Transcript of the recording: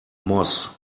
moss